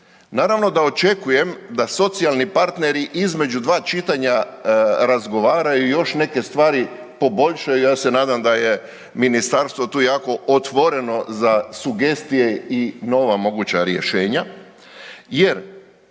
Naravno da očekujem da socijalni partneri između 2 čitanja razgovaraju i još neke stvari poboljšaju. Ja se nadam da je ministarstvo tu jako otvoreno za sugestije i nova moguća rješenja